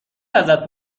ازت